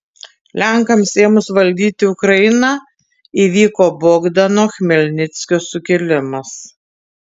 lenkams ėmus valdyti ukrainą įvyko bogdano chmelnickio sukilimas